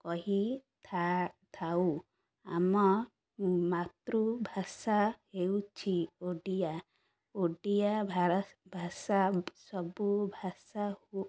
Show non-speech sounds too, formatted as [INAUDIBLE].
କହିଥା ଥାଉ ଆମ ମାତୃଭାଷା ହେଉଛି ଓଡ଼ିଆ ଓଡ଼ିଆ [UNINTELLIGIBLE] ଭାଷା ସବୁ ଭାଷା